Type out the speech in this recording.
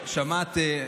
שמעת,